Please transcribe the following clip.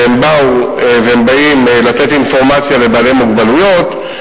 שבאו, ובאים, לתת אינפורמציה לבעלי מוגבלות,